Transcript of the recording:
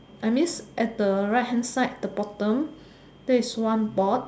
I means at the right hand side the bottom there's one board